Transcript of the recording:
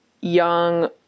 young